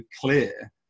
clear